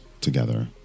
together